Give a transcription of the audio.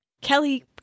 Kelly